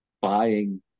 buying